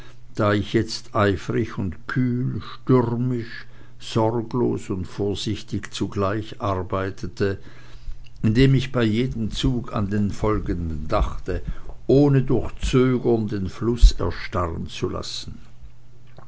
da ich jetzt eifrig und kühl stürmisch sorglos und vorsichtig zugleich arbeitete indem bei jedem zug ich an den folgenden dachte ohne durch zögern den fluß erstarren zu lassen